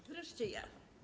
Wreszcie ja.